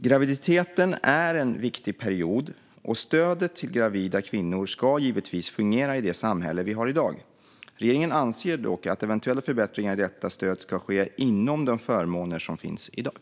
Graviditeten är en viktig period, och stödet till gravida kvinnor ska givetvis fungera i det samhälle vi har i dag. Regeringen anser dock att eventuella förbättringar i detta stöd ska ske inom de förmåner som finns i dag.